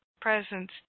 Presence